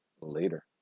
later